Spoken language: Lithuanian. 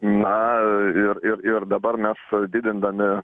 na ir ir ir dabar mes didindami